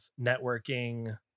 networking